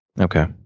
Okay